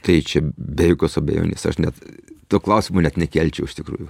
tai čia be jokios abejonės aš net to klausimo net nekelčiau iš tikrųjų